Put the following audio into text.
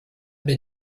been